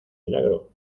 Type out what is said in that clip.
milagro